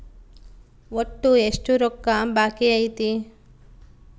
ಒಟ್ಟು ಎಷ್ಟು ರೊಕ್ಕ ಬಾಕಿ ಐತಿ?